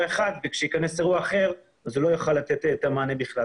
אחד וכשייכנס אירוע אחר הוא לא יוכל לתת את המענה בכלל.